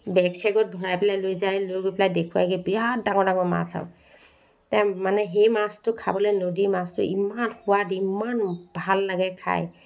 বেগ চেগত ভৰাই লৈ পেলাই লৈ যায় লৈ গৈ পেলাই দেখুৱায়গৈ বিৰাট ডাঙৰ ডাঙৰ মাছ আৰু তাৰ সেই মাছটো খাবলৈ নদীৰ মাছটো ইমান সোৱাদ ইমান ভাল লাগে খাই